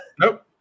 Nope